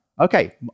okay